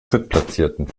drittplatzierten